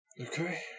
Okay